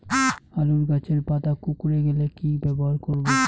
আলুর গাছের পাতা কুকরে গেলে কি ব্যবহার করব?